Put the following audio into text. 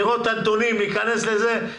לראות את הנתונים ולהיכנס לזה.